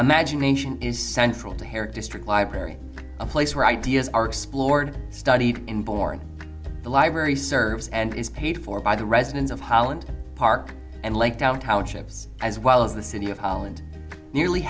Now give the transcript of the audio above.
imagination is central to hair district library a place where ideas are explored studied in born the library serves and is paid for by the residents of holland park and like downtown chips as well as the city of holland nearly